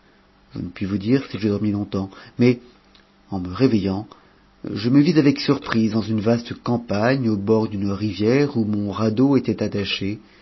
je ne puis vous dire si je dormis longtemps mais en me réveittant je me vis avec surprise dans une vaste campagne au bord d'une rivière où mon radeau était attaché